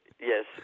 Yes